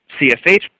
CFH